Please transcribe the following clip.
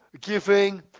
giving